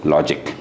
Logic